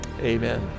amen